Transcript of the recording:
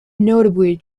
notably